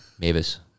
mavis